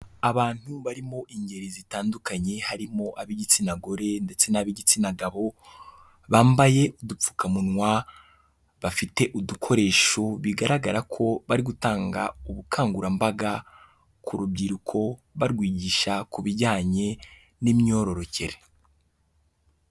Abantu barimo ingeri zitandukanye harimo ab'igitsina gore ndetse n'ab'igitsina gabo, bambaye udupfukamunwa, bafite udukoresho, bigaragara ko bari gutanga ubukangurambaga ku rubyiruko, barwigisha ku bijyanye n'imyororokere.